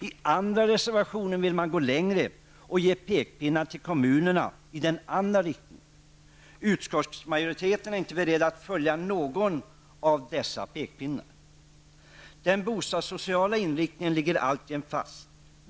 I andra reservationer vill man gå längre och komma med pekpinnar till kommunerna i den andra riktningen. Utskottsmajoriteten är inte beredd att följa någon av dessa pekpinnar. Den bostadssociala inriktningen ligger alljämt fast.